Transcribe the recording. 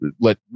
let